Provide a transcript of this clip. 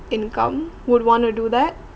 income would want to do that